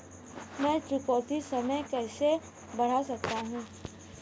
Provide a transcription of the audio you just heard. मैं चुकौती समय कैसे बढ़ा सकता हूं?